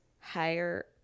higher